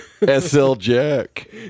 S-L-Jack